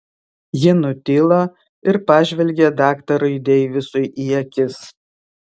ji nutilo ir pažvelgė daktarui deivisui į akis